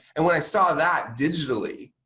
and when i saw that digitally,